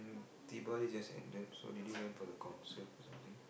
mm Deepavali just ended so did you went for the concert or something